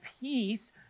peace